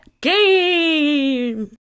game